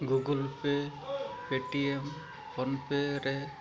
Google pay Paytm ᱯᱮ ᱨᱮ